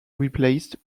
replaced